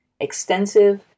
extensive